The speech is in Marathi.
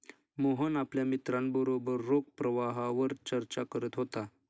मोहन आपल्या मित्रांबरोबर रोख प्रवाहावर चर्चा करत होता